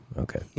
Okay